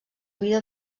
vida